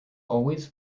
always